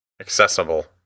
accessible